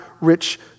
rich